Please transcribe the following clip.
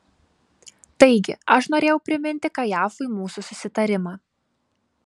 taigi aš norėjau priminti kajafui mūsų susitarimą